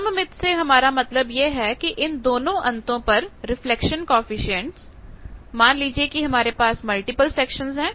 सममित से हमारा मतलब यह है कि इसके दोनों अतों पर रिफ्लेक्शन कॉएफिशिएंट मान लीजिए कि हमारे पास मल्टीपल सेक्शन है